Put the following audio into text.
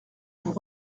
vous